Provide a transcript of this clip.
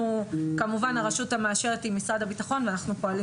כמובן הרשות המאשרת היא משרד הביטחון ואנחנו פועלים